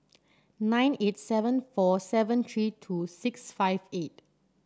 nine eight seven four seven three two six five eight